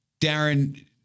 Darren